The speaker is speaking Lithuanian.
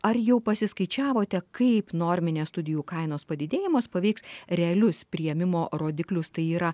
ar jau pasiskaičiavote kaip norminės studijų kainos padidėjimas paveiks realius priėmimo rodiklius tai yra